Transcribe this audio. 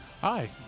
Hi